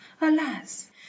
alas